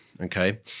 okay